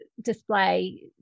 display